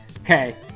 Okay